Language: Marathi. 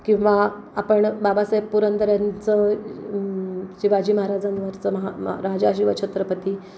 किंवा आपण बाबासाहेब पुरंदरेंचं शिवाजी महाराजांवरचं महा राजा शिवछत्रपती